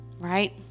Right